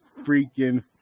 freaking